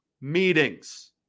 meetings